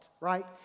right